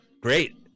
Great